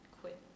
quit